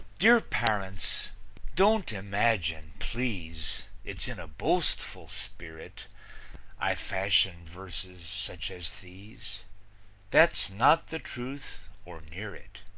dear parents don't imagine, please, it's in a boastful spirit i fashion verses such as these that's not the truth or near it.